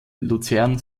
luzern